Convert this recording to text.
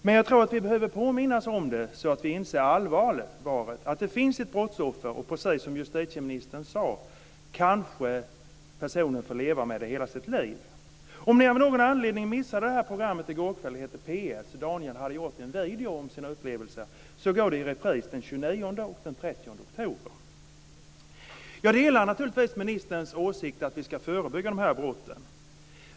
Men jag tror att vi behöver påminnas om det så att vi inser allvaret: att det finns ett brottsoffer. Som justitieministern sade kanske personen får leva med detta i hela sitt liv. Om ni av någon anledning missade det här programmet i går kväll, som heter "P.S." och handlar om Daniel som gjort en video om sina upplevelser, går det i repris den 29 och den 30 oktober. Jag delar naturligtvis ministerns åsikt att vi ska förebygga dessa brott.